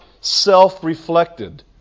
self-reflected